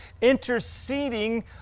interceding